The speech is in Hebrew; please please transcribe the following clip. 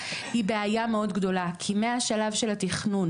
היא בעיה מאוד גדולה כי מהשלב של התכנון